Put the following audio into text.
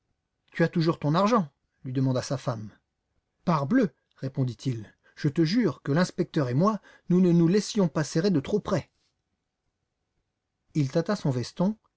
tu as toujours ton argent lui demanda sa femme parbleu répondit-il je te jure que l'inspecteur et moi nous ne nous laissions pas serrer de trop près il tâta son veston